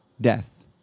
death